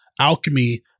Alchemy